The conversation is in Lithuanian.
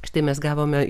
štai mes gavome